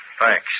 Thanks